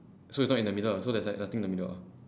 so is not in the middle lah so there's like nothing in the middle ah